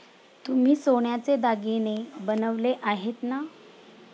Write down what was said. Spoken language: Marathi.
तुम्ही सोन्याचे दागिने बनवले आहेत ना?